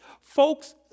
Folks